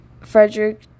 Frederick